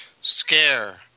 Scare